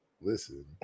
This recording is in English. Listen